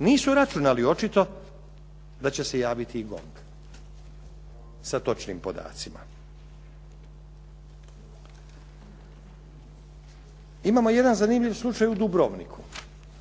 Nisu računali očito da će se javiti i GONG sa točnim podacima. Imamo jedan zanimljiv slučaj u Dubrovniku.